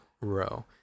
row